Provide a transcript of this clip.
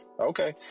okay